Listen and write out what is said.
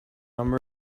number